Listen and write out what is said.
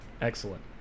Excellent